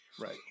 Right